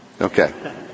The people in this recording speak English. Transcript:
Okay